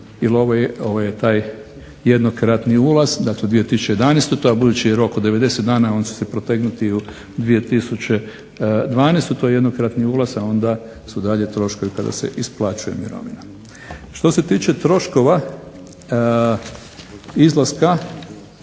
jer ovo je taj jednokratni ulaz dakle 2011. a budući da je rok od 90 dana on će se protegnuti i u 2012. To je jednokratni ulaz, a onda su dalje troškovi kada se isplaćuje mirovina. Što se tiče troškova izlaska